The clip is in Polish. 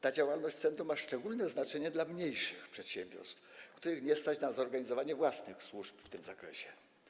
Ta działalność centrum ma szczególne znaczenie dla mniejszych przedsiębiorstw, których nie stać na zorganizowanie własnych służb w tym zakresie.